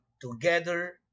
together